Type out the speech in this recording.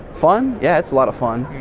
fun? yeah its lot of fun.